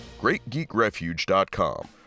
greatgeekrefuge.com